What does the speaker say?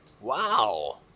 Wow